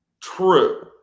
True